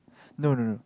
no no no